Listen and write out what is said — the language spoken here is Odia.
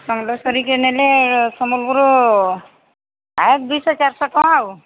ସମଲେଶ୍ୱରୀ କି ନେଲେ ସମ୍ୱଲପୁର ଦୁଇ ଶହ ଚାରି ଶହ ଟଙ୍କା ଆଉ